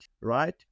right